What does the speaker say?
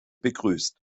begrüßt